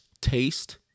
taste